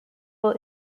will